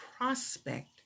prospect